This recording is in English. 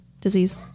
disease